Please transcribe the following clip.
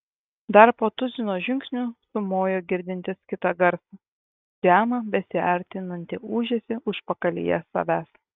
dar po tuzino žingsnių sumojo girdintis kitą garsą žemą besiartinantį ūžesį užpakalyje savęs